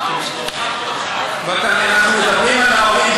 אנחנו מדברים על ההורים,